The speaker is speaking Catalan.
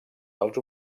dels